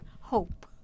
hope